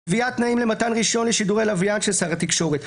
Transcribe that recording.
קביעת תנאים למתן רישיון לשידורי לוויין של שר התקשורת,